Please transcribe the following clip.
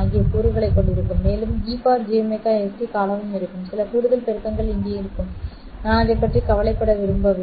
ஆகிய கூறுகளைக் கொண்டிருக்கும் மேலும் e jωst காலமும் இருக்கும் சில கூடுதல் பெருக்கங்கள் இருக்கும் இங்கே நான் அதைப் பற்றி கவலைப்பட விரும்பவில்லை